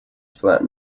flat